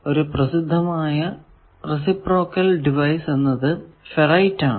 ഒരു പ്രസിദ്ധമായ reciprocal device എന്നത് ഫെറൈറ്റ് ആണ്